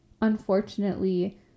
unfortunately